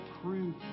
proof